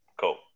cool